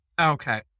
Okay